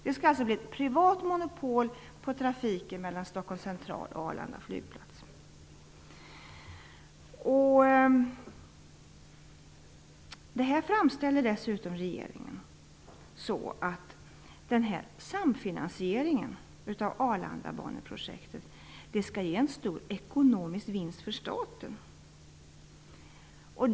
Det skall bli ett privat monopol på trafiken mellan Stockholms central och Dessutom framställer regeringen det som att samfinansieringen av Arlandabaneprojektet skall ge en stor ekonomisk vinst för staten.